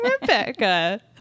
Rebecca